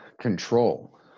control